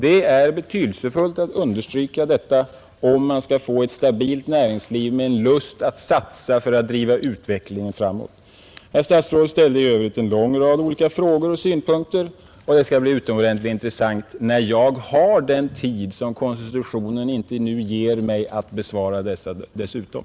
Det är betydelsefullt att understryka detta, om man skall få ett stabilt näringsliv med en lust att satsa för att driva utvecklingen framåt. Herr statsrådet anförde i övrigt en lång rad olika frågor och synpunkter, och det skall bli utomordentligt intressant, när jag har den tid som konstitutionen nu inte ger mig, att bemöta dem dessutom.